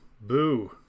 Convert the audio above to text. boo